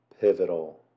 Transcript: pivotal